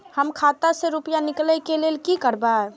हम खाता से रुपया निकले के लेल की करबे?